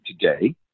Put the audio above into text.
today